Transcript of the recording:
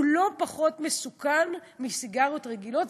לא פחות מסוכן מסיגריות רגילות,